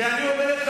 כי אני אומר לך,